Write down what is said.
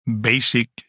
basic